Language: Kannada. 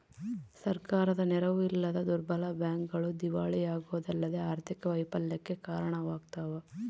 ಸರ್ಕಾರದ ನೆರವು ಇಲ್ಲದ ದುರ್ಬಲ ಬ್ಯಾಂಕ್ಗಳು ದಿವಾಳಿಯಾಗೋದಲ್ಲದೆ ಆರ್ಥಿಕ ವೈಫಲ್ಯಕ್ಕೆ ಕಾರಣವಾಗ್ತವ